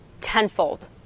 tenfold